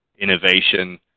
innovation